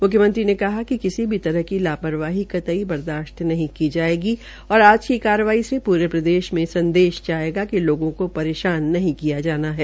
मुख्यमंत्री ने कहा कि किसी भी तरह की लापरवाही कतई बर्दाशत नहीं की जायेगी और आज की कार्रवाई से पूरे प्रदेश मे संदेश जायेगा कि लोगों को परेशान नहीं करना है